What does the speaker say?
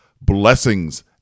Blessings